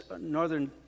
northern